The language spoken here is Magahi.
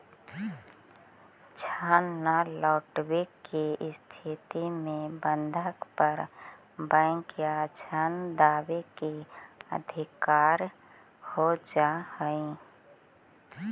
ऋण न लौटवे के स्थिति में बंधक पर बैंक या ऋण दावे के अधिकार हो जा हई